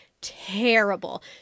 Terrible